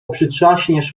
przytrzaśniesz